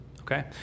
okay